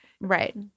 right